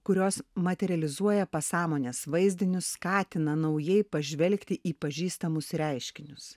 kurios materializuoja pasąmonės vaizdinius skatina naujai pažvelgti į pažįstamus reiškinius